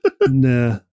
Nah